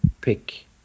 pick